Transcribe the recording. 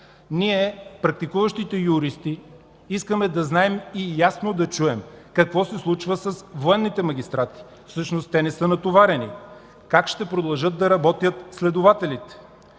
Практикуващите юристи искаме да знаем и ясно да чуем какво се случва с военните магистрати – всъщност те не са натоварени? Как ще продължат да работят следователите?